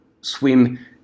swim